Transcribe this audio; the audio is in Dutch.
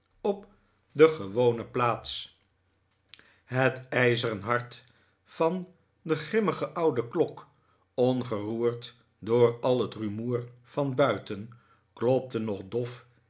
op de gewone plaats het ijzeren hart van de grimmige oude klok ongeroerd door al het rumoer van buiten klopte nog dof